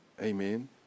Amen